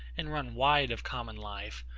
and run wide of common life,